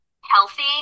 healthy